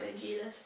Jesus